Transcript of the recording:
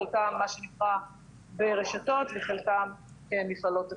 חלקם מה שנקרא ברשתות וחלקם כמפעלות עצמאיות.